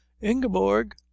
ingeborg